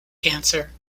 cancer